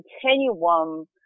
continuum